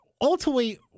ultimately